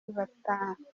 batangira